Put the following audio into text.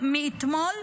מאתמול,